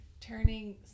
Turning